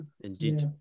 Indeed